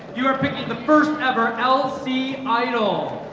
you are picking the first ever lc idol,